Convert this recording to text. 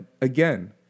again